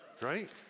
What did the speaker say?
Right